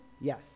yes